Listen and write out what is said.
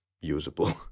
usable